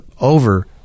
over